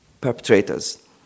perpetrators